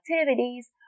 activities